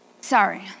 Sorry